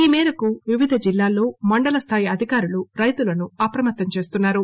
ఈ మేరకు వివిధ జిల్లాల్లో మండల స్లాయి అధికారులు రైతులను అప్రమత్తం చేస్తున్నారు